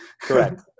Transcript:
Correct